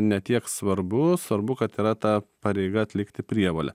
ne tiek svarbu svarbu kad yra ta pareiga atlikti prievolę